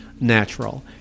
natural